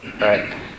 right